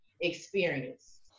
experience